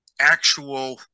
actual